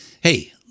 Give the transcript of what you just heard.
Hey